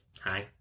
Hi